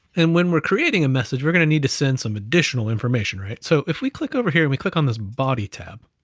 and when we're creating a message, we're gonna need to send some additional information, right? so if we click over here, and we click on this body tab,